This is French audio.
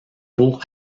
pour